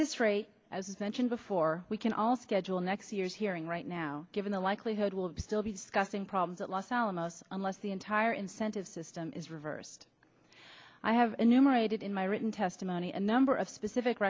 this rate as was mentioned before we can all schedule next year's hearing right now given the likelihood will still be discussing problems at los alamos unless the entire incentive system is reversed i have enumerated in my written testimony a number of specific